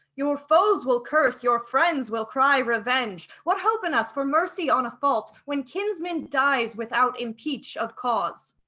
your foes will curse, your friends will cry revenge. what hope in us for mercy on a fault, when kinsman dies without impeach of cause,